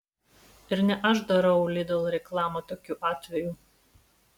ir ne aš darau lidl reklamą tokiu atveju